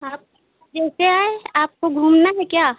आप कैसे हैं आपको घूमना है क्या